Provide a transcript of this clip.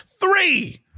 Three